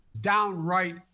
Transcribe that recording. Downright